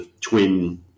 twin